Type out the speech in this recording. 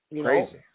Crazy